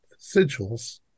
sigils